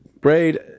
Braid